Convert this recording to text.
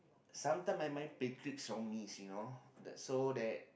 sometime my mind play tricks on me you know the so that